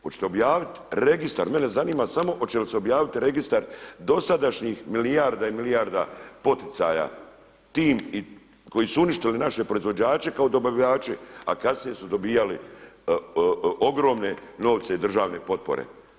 Hoćete objaviti registar, mene zanima samo hoće li se objaviti registar dosadašnjih milijarda i milijarda poticaja tim koji su uništili naše proizvođače kao dobavljače, a kasnije su dobivali ogromne novce i državne potpore.